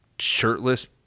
shirtless